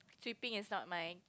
sweeping is not my